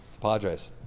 Padres